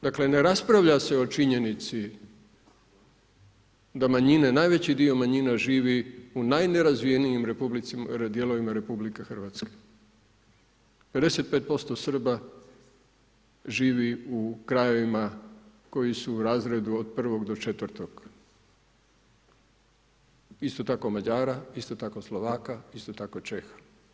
Dakle ne raspravlja se o činjenici da manjine, najveći dio manjina živi u najnerazvijenijim dijelovima RH, 55% Srba živi u krajevima koji su u razredu od 1.-4., isto tako Mađara, isto tako Slovaka, isto tako Čeha.